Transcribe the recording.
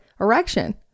erection